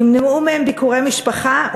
נמנעו מהם ביקורי משפחה,